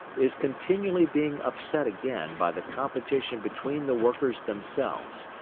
is continually being upset again by the competition between the workers themselves.